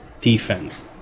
defense